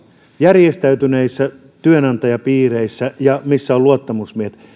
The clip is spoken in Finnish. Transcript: järjestäytyneissä työnantajapiireissä ja siellä missä on luottamusmiehet